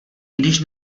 když